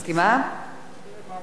אני מכבדת את עמדת המציע.